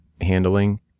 handling